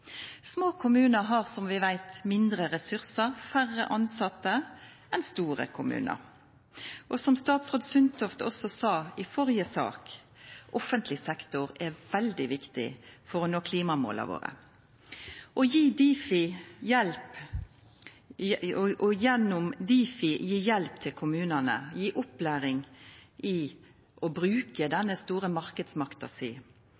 Små kommunar har som vi veit mindre ressursar, færre tilsette enn store kommunar, og som statsråd Sundtoft også sa i førre sak, så er offentleg sektor veldig viktig for å nå klimamåla våre. Det å – gjennom Difi – gje hjelp til kommunane, gje dei opplæring i å bruka denne store marknadsmakta si,